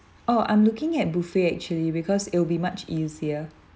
oh I'm looking at buffet actually because it will be much easier